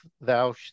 Thou